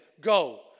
Go